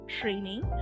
training